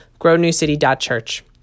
grownewcity.church